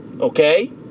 okay